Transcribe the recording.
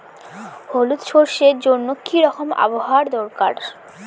হলুদ সরষে জন্য কি রকম আবহাওয়ার দরকার?